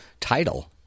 title